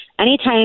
Anytime